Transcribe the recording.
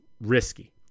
risky